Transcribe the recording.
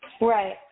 Right